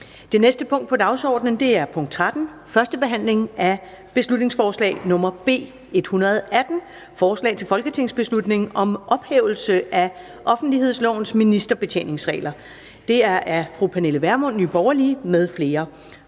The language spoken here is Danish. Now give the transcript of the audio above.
Det næste punkt på dagsordenen er: 13) 1. behandling af beslutningsforslag nr. B 118: Forslag til folketingsbeslutning om ophævelse af offentlighedslovens ministerbetjeningsregel. Af Pernille Vermund (NB) m.fl.